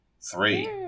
Three